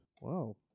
wow